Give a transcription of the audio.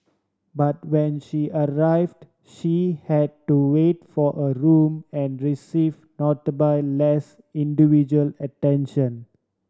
but when she arrived she had to wait for a room and receive notably less individual attention